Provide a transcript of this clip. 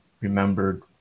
remembered